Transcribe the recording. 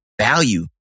value